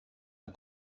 are